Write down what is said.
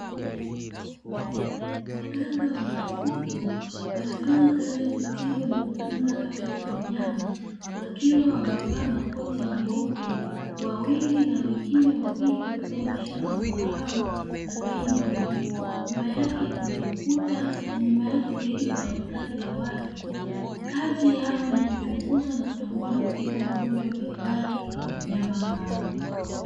Waganga wa mifugo wanafanya kazi ya kutibu na kutunza afya za wanyama, wakiwa wamevaa makoti meupe (wawili na wengine wawili wakiwa wameshika mbwa hao na gari nyeupe); nyuma yake kuna ukuta na nyuma yake zaidi kuna makazi ya watu. Kazi yao ni kuchunguza na kutambua na kutibu magonjwa mbalimbali ya wanyama hao.